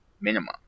minimum